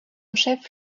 chef